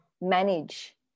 manage